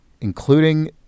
including